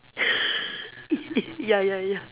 ya ya ya